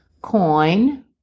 Coin